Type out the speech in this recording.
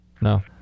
No